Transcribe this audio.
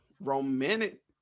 romantic